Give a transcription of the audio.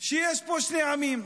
שיש פה שני עמים,